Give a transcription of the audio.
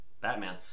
Batman